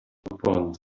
pond